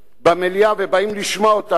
במליאה ובאים לשמוע אותנו,